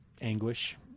anguish